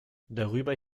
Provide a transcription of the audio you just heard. darüber